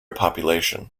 population